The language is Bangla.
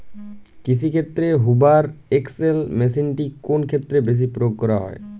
কৃষিক্ষেত্রে হুভার এক্স.এল মেশিনটি কোন ক্ষেত্রে বেশি প্রয়োগ করা হয়?